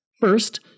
First